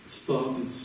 started